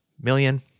million